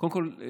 קודם כול,